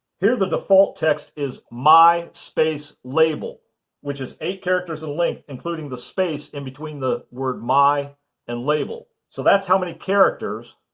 here the default text is my space label which is eight characters in length including the space in between the word my and label. so, that's how many characters,